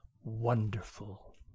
wonderful